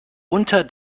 unter